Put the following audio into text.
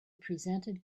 presented